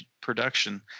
production